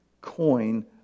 coin